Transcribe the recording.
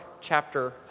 chapter